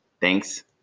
thanks